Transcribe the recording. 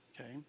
Okay